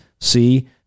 See